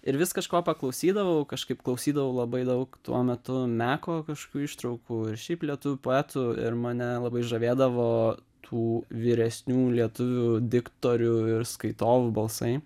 ir vis kažko paklausydavau kažkaip klausydavau labai daug tuo metu meko kažkokių ištraukų ir šiaip lietuvių poetų ir mane labai žavėdavo tų vyresnių lietuvių diktorių ir skaitovų balsai